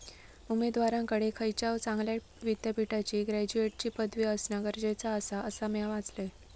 उमेदवाराकडे खयच्याव चांगल्या विद्यापीठाची ग्रॅज्युएटची पदवी असणा गरजेचा आसा, असा म्या वाचलंय